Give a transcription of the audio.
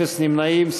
אפס נמנעים.